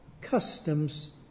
customs